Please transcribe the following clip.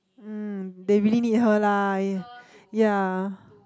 um they really need her lah ya